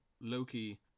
Loki